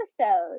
episode